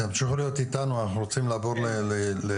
תמשיכו להיות איתנו, אנחנו רוצים לעבור לג'וליס.